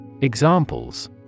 Examples